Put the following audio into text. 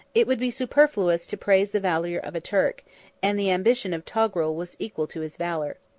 it would be superfluous to praise the valor of a turk and the ambition of togrul was equal to his valor.